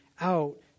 out